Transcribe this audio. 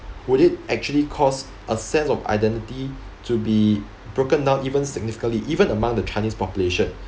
would it actually cause a sense of identity to be broken down even significantly even among the chinese population